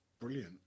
brilliant